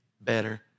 better